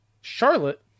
Charlotte